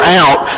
out